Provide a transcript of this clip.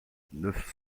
neuf